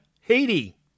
Haiti